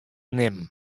nimmen